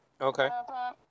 okay